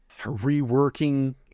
reworking